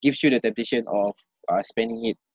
gives you the temptation of uh spending it